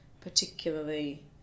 particularly